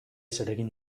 zeregin